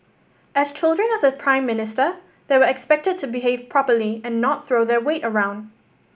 as children of the Prime Minister they were expected to behave properly and not throw their weight around